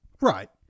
Right